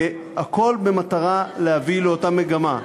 והכול במטרה להביא לאותה מגמה,